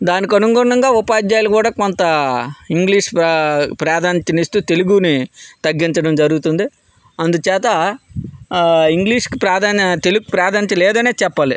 దానికి అనుగుణంగా ఉపాధ్యాయులు కూడా కొంత ఇంగ్లీష్ ప్రాధాన్యతను ఇస్తూ తెలుగుని తగ్గించడం జరుగుతుంది అందుచేత ఆ ఇంగ్లీషుకు ప్రాధాన్యత తెలుగుకు ప్రాధాన్యత లేదనే చెప్పాలి